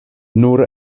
nur